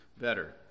better